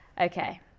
Okay